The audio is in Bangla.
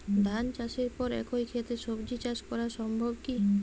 ধান চাষের পর একই ক্ষেতে সবজি চাষ করা সম্ভব কি?